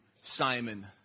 Simon